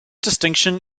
distinction